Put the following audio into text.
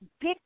big